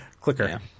clicker